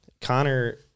Connor